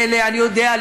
אני יודע,